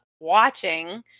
watching